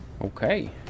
Okay